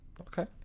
okay